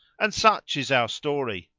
and such is our story!